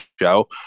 show